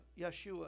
Yeshua